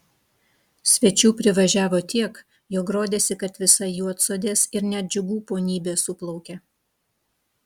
svečių privažiavo tiek jog rodėsi kad visa juodsodės ir net džiugų ponybė suplaukė